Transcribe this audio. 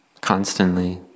constantly